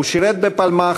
הוא שירת בפלמ"ח,